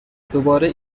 دوباره